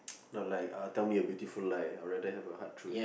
not like uh tell me a beautiful lie I'd rather have a hard truth